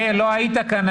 מאיר לא היית כאן,